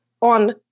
on